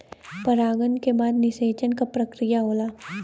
परागन के बाद निषेचन क प्रक्रिया होला